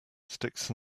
sticks